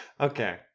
Okay